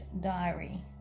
diary